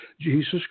Jesus